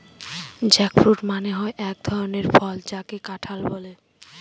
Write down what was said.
jackfruit মানে হয় এক ধরনের ফল যাকে কাঁঠাল বলে